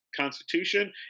Constitution